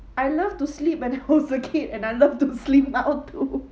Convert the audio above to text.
I love to sleep when I hold the kid and I love to sleep now too